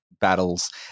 battles